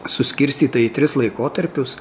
suskirstyta į tris laikotarpius